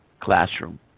classroom